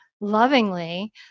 lovingly